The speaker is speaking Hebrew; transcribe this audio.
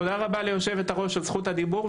תודה רבה ליושבת-הראש על זכות הדיבור,